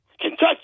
Kentucky